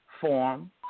form